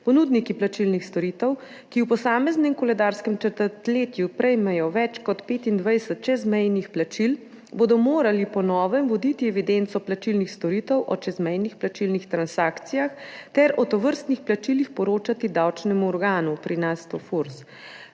Ponudniki plačilnih storitev, ki v posameznem koledarskem četrtletju prejmejo več kot 25 čezmejnih plačil, bodo morali po novem voditi evidenco plačilnih storitev o čezmejnih plačilnih transakcijah ter o tovrstnih plačilih poročati davčnemu organu, pri nas je